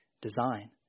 design